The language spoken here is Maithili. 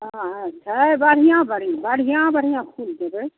हँ हँ है बढ़िआँ बढ़िआँ बढ़िआँ बढ़िआँ फूल देबै